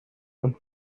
und